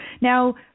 Now